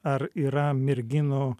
ar yra merginų